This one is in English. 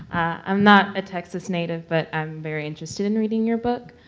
i'm not a texas native, but i'm very interested in reading your book.